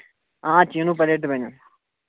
آ چیٖنوٗ پَلیٹ تہِ بَنن